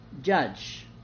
judge